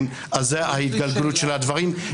זאת ההתגלגלות של הדברים.